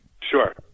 Sure